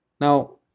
Now